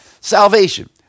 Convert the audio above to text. Salvation